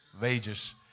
wages